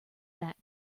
that